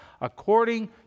according